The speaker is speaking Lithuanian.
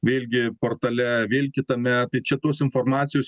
vėlgi portale vėl kitame tai čia tos informacijos